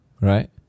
Right